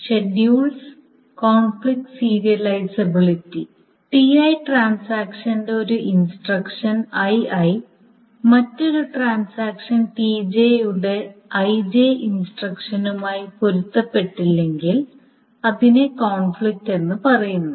Ti ട്രാൻസാക്ഷന്റെ ഒരു instruction Ii മറ്റൊരു ട്രാൻസാക്ഷൻ Tj യുടെ ഇൻസ്ട്രക്ഷനുമായി പൊരുത്തപ്പെടുന്നില്ലെങ്കിൽ അതിനെ കോൺഫ്ലിക്റ്റ് എന്നു പറയുന്നു